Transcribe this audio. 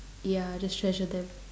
ya just treasure them